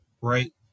right